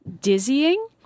dizzying